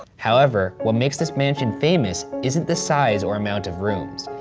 however, what makes this mansion famous isn't the size or amount of rooms.